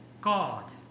God